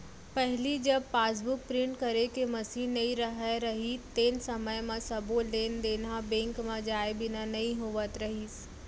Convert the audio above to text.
पहिली जब passbook print करे के मसीन नइ रहत रहिस तेन समय म सबो लेन देन ह बेंक म जाए बिना नइ होवत रहिस